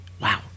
wow